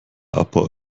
abbau